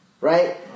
Right